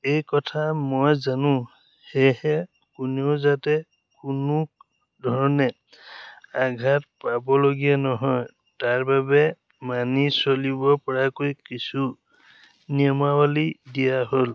এই কথা মই জানোঁ সেয়েহে কোনেও যাতে কোনো ধৰণে আঘাত পাবলগীয়া নহয় তাৰবাবে মানি চলিব পৰাকৈ কিছু নিয়মাৱলী দিয়া হ'ল